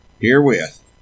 herewith